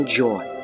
joy